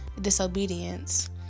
disobedience